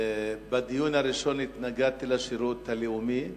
בדיון הראשון התנגדתי לשירות הלאומי,